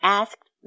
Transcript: asked